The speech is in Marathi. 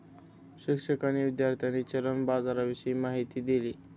शिक्षकांनी विद्यार्थ्यांना चलन बाजाराविषयी माहिती दिली